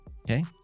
okay